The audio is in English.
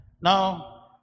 now